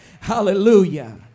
Hallelujah